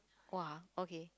!wah! okay